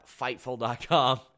Fightful.com